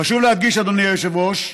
חשוב להדגיש, אדוני היושב-ראש,